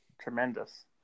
Tremendous